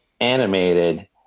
animated